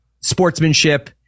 sportsmanship